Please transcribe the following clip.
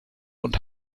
und